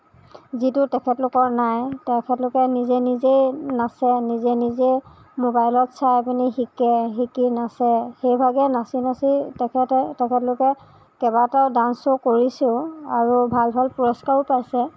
যিটো তেখেতলোকৰ নাই তেখেতলোকে নিজে নিজে নাচে নিজে নিজে মোবাইলত চাই পিনি শিকে শিকি নাচে সেইভাগে নাচি নাচি তেখেতে তেখেতলোকে কেইবাটাও ডাঞ্চ শ্ব' কৰিছেও আৰু ভাল ভাল পুৰষ্কাৰো পাইছে